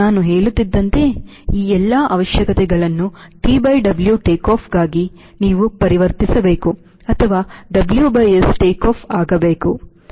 ನಾನು ಹೇಳುತ್ತಿದ್ದಂತೆ ಈ ಎಲ್ಲ ಅವಶ್ಯಕತೆಗಳನ್ನು ಟಿ ಡಬ್ಲ್ಯೂ ಟೇಕ್ಆಫ್ ಆಗಿ ಪರಿವರ್ತಿಸಬೇಕು ಅಥವಾ WS ಟೇಕ್ಆಫ್ ಆಗಬೇಕು